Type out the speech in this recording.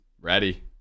Ready